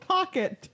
Pocket